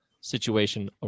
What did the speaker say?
situation